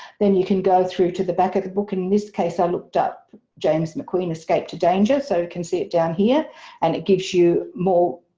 then you can go through to the back of the book and in this case i looked up james mcqueen, escape to danger. so you can see it down here and it gives you more